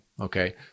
okay